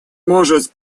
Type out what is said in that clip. может